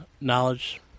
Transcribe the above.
knowledge